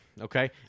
Okay